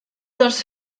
dels